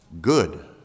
Good